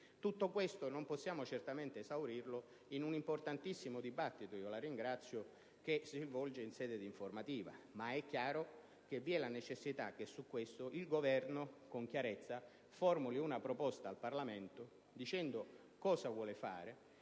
da seguire. Non possiamo certamente esaurire tutto questo in un importantissimo dibattito - e la ringrazio - che si svolge in sede di informativa. Ma è chiaro che vi è la necessità che su questo il Governo con chiarezza formuli una proposta al Parlamento dicendo cosa vuole fare,